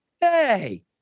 Hey